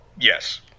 yes